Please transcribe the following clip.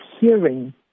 hearing